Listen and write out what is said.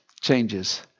changes